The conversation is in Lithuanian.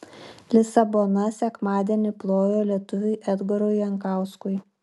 lisabona sekmadienį plojo lietuviui edgarui jankauskui